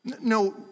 No